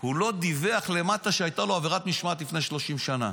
הוא לא דיווח למטה שהייתה לו עבירת משמעת לפני 30 שנה.